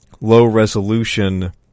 low-resolution